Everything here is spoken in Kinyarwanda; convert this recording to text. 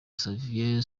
xavier